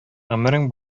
гомерең